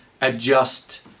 adjust